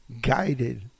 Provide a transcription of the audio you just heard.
guided